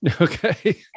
Okay